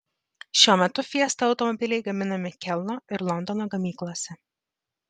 šiuo metu fiesta automobiliai gaminami kelno ir londono gamyklose